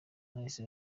yahise